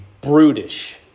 brutish